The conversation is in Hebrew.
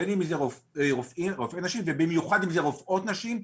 בין אם אלו רופאי נשים ובמיוחד אם אלו רופאות נשים,